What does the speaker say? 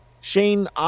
Shane